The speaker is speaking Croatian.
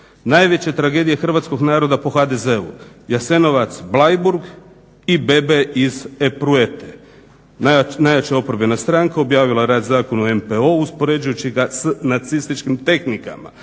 najveća tragedija hrvatskog naroda po HDZ-u Jasenovac, Bleiburg i bebe iz epruvete. Najjača oporbena stranka objavila je rad o Zakonu o MPO-u uspoređujući ga s nacističkim tehnikama;